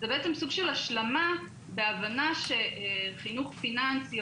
זה בעצם סוג של השלמה בהבנה שחינוך פיננסי,